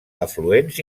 afluents